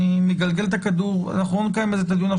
ואני מגלגל את הכדור אנחנו רואים כאן בדיון,